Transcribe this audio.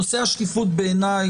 נושא השקיפות בעיני,